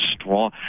strong